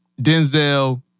Denzel